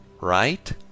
right